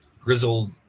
Grizzled